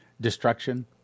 destruction